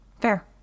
Fair